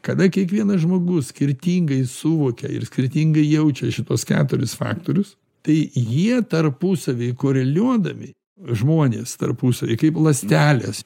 kada kiekvienas žmogus skirtingai suvokia ir skirtingai jaučia šituos keturis faktorius tai jie tarpusavy koreliuodami žmonės tarpusavy kaip ląstelės